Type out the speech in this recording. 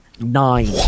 Nine